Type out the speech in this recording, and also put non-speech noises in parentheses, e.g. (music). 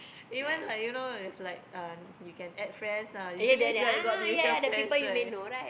even like you know it's like uh you can add friends ah usually it's (laughs) like we got mutual friends right